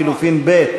ההסתייגות לחלופין (ב)